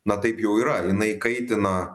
na taip jau yra jiani kaitina